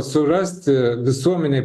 surasti visuomenėj